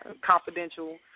confidential